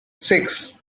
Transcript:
six